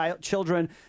children